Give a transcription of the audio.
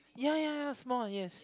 ya ya ya small yes